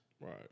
Right